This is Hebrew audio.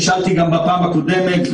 שנשאלתי גם בפעם הקודמת,